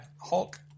hulk